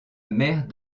mère